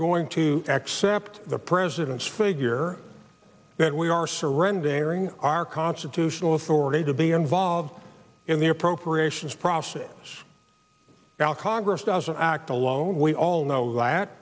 going to accept the president's figure that we are surrendering our constitutional authority to be involved in the appropriations process well congress doesn't act alone we all know